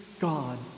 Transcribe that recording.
God